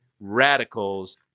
radicals